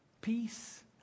peace